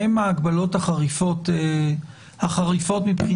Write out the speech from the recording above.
שהן ההגבלות החריפות מבחינת